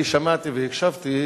אני שמעתי והקשבתי